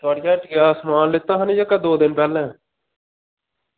थुआढ़ी हट्टिया जेह्का समान लैता हा ना दौ दिन पैह्लें